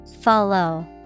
Follow